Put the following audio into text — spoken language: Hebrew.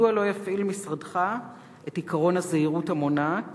מדוע לא יפעיל משרדך את עקרון הזהירות המונעת